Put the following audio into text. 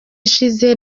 ishize